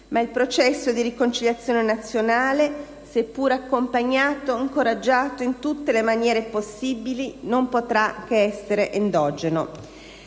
Ma il processo di riconciliazione nazionale, sia pure accompagnato e incoraggiato in tutte le maniere possibili, non potrà che essere endogeno.